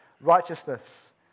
righteousness